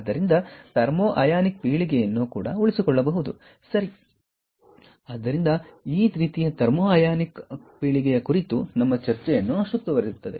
ಆದ್ದರಿಂದ thermo ionic ಪೀಳಿಗೆಯನ್ನು ಉಳಿಸಿಕೊಳ್ಳಬಹುದು ಸರಿ ಆದ್ದರಿಂದ ಈ ರೀತಿಯ ಥರ್ಮೋ ಅಯಾನಿಕ್ ಪೀಳಿಗೆಯ ಕುರಿತು ನಮ್ಮ ಚರ್ಚೆಯನ್ನು ಸುತ್ತುವರಿಯುತ್ತದೆ